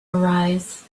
arise